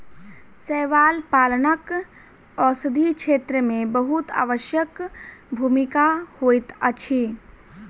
शैवाल पालनक औषधि क्षेत्र में बहुत आवश्यक भूमिका होइत अछि